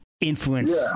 influence